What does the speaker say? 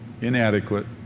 inadequate